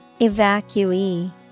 Evacuee